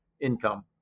income